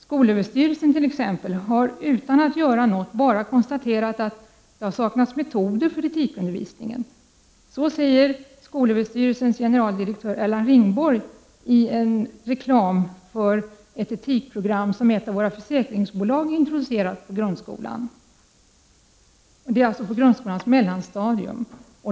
Skolöverstyrelsen har t.ex. utan att göra någonting bara konstaterat att det saknas metoder för metodikundervisningen. Så säger skolöverstyrelsens generaldirektör Erland Ringborg i en reklam för ett etikprogram, som ett av våra försäkringsbolag introducerat på grundskolans mellanstadium.